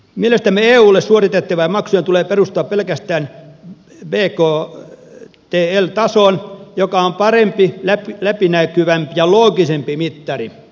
mielestämme eulle suoritettavien maksujen tulee perustua pelkästään bktl tasoon joka on parempi läpinäkyvämpi ja loogisempi mittari